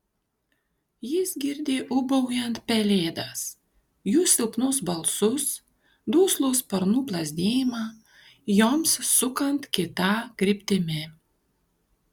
jis girdi ūbaujant pelėdas jų silpnus balsus duslų sparnų plazdėjimą joms sukant kita kryptimi